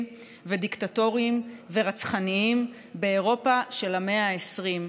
ודיקטטוריים ורצחניים באירופה של המאה ה-20.